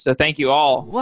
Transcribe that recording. so thank you all